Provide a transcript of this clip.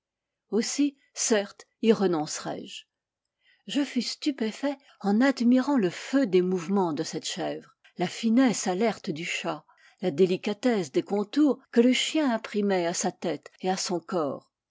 aussi certes y renoncerai je je fus stupéfait en admirant le feu des mouvements de cette chèvre la finesse alerte du chat la délicatesse des contours que le chien imprimait à sa tête et à son corps